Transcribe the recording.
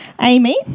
Amy